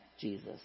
Jesus